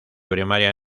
primaria